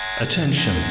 attention